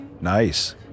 nice